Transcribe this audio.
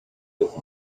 with